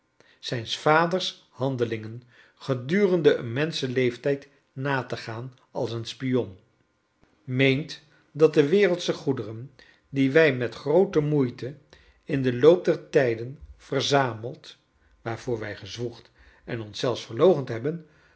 zijns vaders handelingen gedurende een menschenleeftijd na te gaan als een spionl meent dat de wereldsche goederen die wij met groote moeite in den loop der tijden verzameid waarvoor wij gezwoegd en ons zelf verloochend hebben